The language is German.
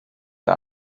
der